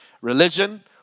Religion